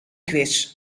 quiz